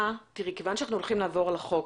כיוון שאנחנו הולכים לעבור על החוק,